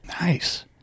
Nice